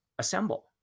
assemble